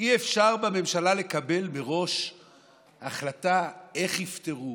אי-אפשר בממשלה לקבל מראש החלטה איך יפתרו,